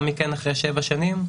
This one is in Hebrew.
ולאחר מכן אחרי שבע שנים.